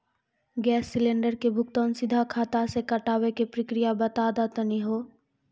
Gas cylinder के भुगतान सीधा खाता से कटावे के प्रक्रिया बता दा तनी हो?